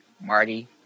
Marty